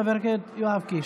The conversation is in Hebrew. חבר הכנסת יואב קיש.